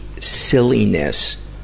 silliness